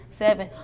seven